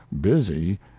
busy